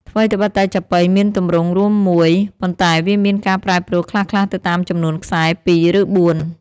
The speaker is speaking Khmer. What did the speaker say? ថ្វីត្បិតតែចាប៉ីមានទម្រង់រួមមួយ ប៉ុន្តែវាមានការប្រែប្រួលខ្លះៗទៅតាមចំនួនខ្សែ ពីរ ឬបួន។